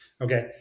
Okay